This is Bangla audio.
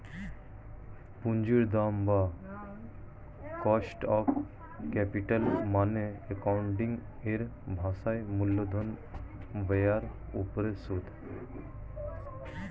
পুঁজির দাম বা কস্ট অফ ক্যাপিটাল মানে অ্যাকাউন্টিং এর ভাষায় মূলধন ব্যয়ের উপর সুদ